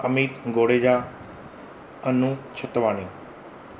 Amit Godeja Anu Chhitwani